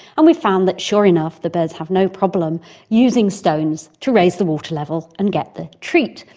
and we found that sure enough the birds have no problem using stones to raise the water level and get the treat.